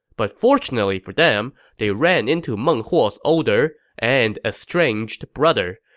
but fortunately for them, they ran into meng huo's older, and estranged, brother,